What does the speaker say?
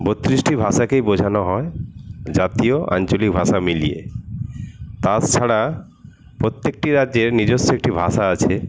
বত্রিশটি ভাষাকেই বোঝানো হয় জাতীয় আঞ্চলিক ভাষা মিলিয়ে তাছাড়া প্রত্যেকটি রাজ্যের নিজস্ব একটি ভাষা আছে